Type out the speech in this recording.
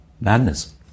Madness